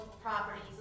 properties